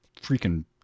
freaking